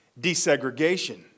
desegregation